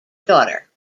daughter